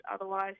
otherwise